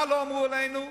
מה לא אמרו עלינו,